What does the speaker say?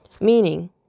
meaning